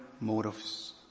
motives